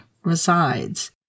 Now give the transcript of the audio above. resides